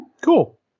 Cool